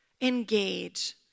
Engage